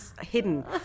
hidden